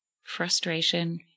frustration